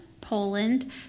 Poland